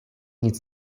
nic